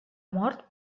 mort